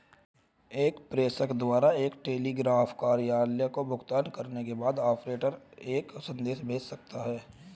एक प्रेषक द्वारा एक टेलीग्राफ कार्यालय को भुगतान करने के बाद, ऑपरेटर एक संदेश भेज सकता है